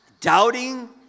Doubting